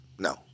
no